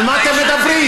על מה אתם מדברים?